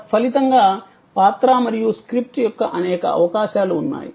తత్ఫలితంగా పాత్ర మరియు స్క్రిప్ట్ యొక్క అనేక అవకాశాలు ఉన్నాయి